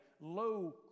low